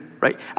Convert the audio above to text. right